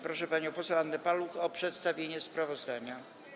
Proszę panią poseł Annę Paluch o przedstawienie sprawozdania.